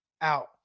out